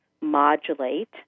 modulate